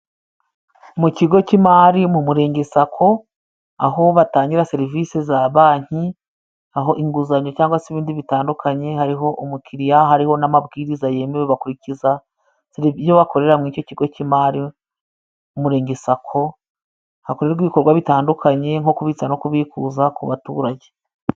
Mu kigo cy'imari mu murenge sacco aho batangira serivisi za banki aho inguzanyo cyangwa se ibindi bitandukanye, hariho umukiriya hariho n'amabwiriza yemewe, bakurikiza iyo bakorera muri icyo kigo cy'imari umurenge sacco. Hakorerwa ibikorwa bitandukanye nko kubitsa no kubikuza ku baturage.